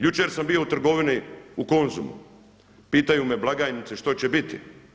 Jučer sam bio u trgovini u Konzumu, pitaju me blagajnice što će biti.